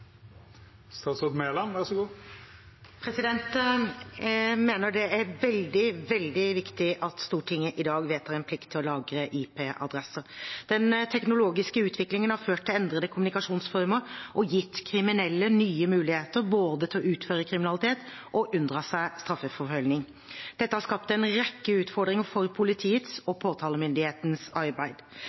Jeg mener det er veldig, veldig viktig at Stortinget i dag vedtar en plikt til å lagre IP-adresser. Den teknologiske utviklingen har ført til endrede kommunikasjonsformer og gitt kriminelle nye muligheter til både å utføre kriminalitet og unndra seg straffeforfølgning. Dette har skapt en rekke utfordringer for politiets og påtalemyndighetens arbeid.